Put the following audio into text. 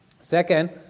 Second